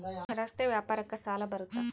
ರಸ್ತೆ ವ್ಯಾಪಾರಕ್ಕ ಸಾಲ ಬರುತ್ತಾ?